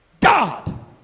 God